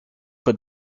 but